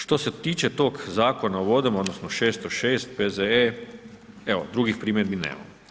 Što se tiče tog Zakona o vodama, odnosno, 606 P.Z.E. evo, drugih primjedbi nemam.